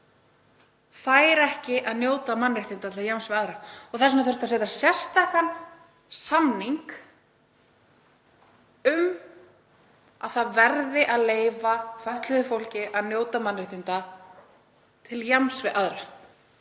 fólk fær ekki að njóta mannréttinda til jafns við aðra. Þess vegna þurfti að setja sérstakan samning um að það verði að leyfa fötluðu fólki að njóta mannréttinda til jafns við aðra.